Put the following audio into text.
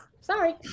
Sorry